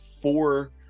four